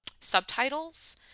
Subtitles